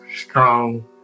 strong